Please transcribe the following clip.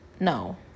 No